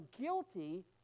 guilty